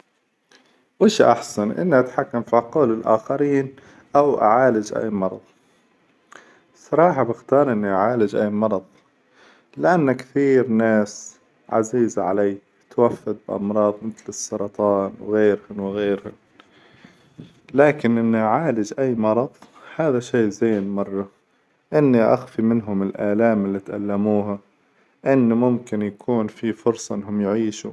وش أحسن إني أتحكم في عقول الآخرين أو أعالج أي مرظ؟ صراحة باختار إني أعالج أي مرظ، لأن كثير ناس عزيزة علي توفت بأمراظ مثل السرطان وغيرهن وغيرهن، لكن إني أعالج أي مرظ هذا شي زين مرة، إني أخفي منهم الآلام إللي تألموها، إن ممكن يكون في فرصة هم يعيشوا.